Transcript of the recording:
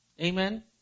Amen